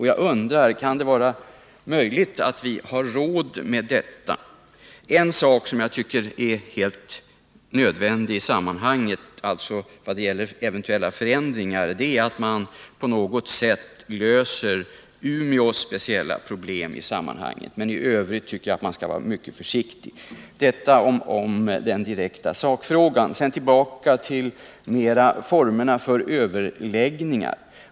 Jag undrar: Kan det vara möjligt att vi har råd med detta? När det gäller eventuella förändringar är det helt nödvändigt att man på något sätt löser Umeås speciella problem, men i övrigt tycker jag att man skall vara mycket försiktig. — Detta om den direkta sakfrågan. Sedan tillbaka till formerna för överläggningar.